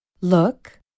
Look